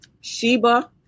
Sheba